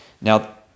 Now